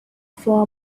for